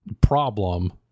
problem